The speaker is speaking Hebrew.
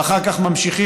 ואחר כך ממשיכים,